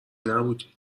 نبودی